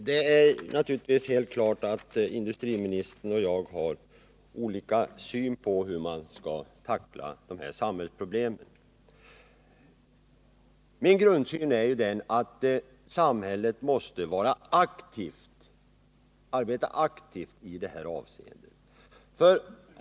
Herr talman! Det är helt klart att industriministern och jag har olika syn på hur man skall tackla dessa samhällsproblem. Min grundsyn är att samhället måste arbeta aktivt i detta avseende.